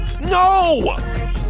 No